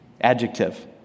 Adjective